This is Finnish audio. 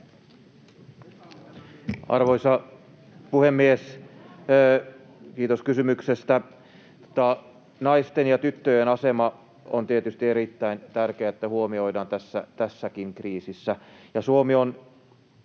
Arvoisa puhemies! Kiitos kysymyksestä. Naisten ja tyttöjen asema on tietysti erittäin tärkeää huomioida tässäkin kriisissä.